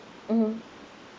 mmhmm